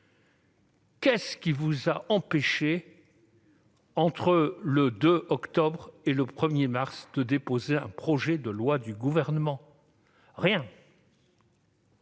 qu'est-ce qui vous a empêché, entre le 2 octobre et le 1 mars, de déposer un projet de loi ? Je l'ai dit ! Rien !